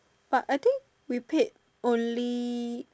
but I think we paid only